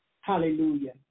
Hallelujah